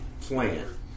plan